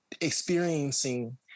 experiencing